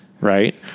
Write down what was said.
right